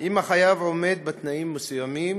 אם החייב עומד בתנאים מסוימים.